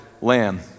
lamb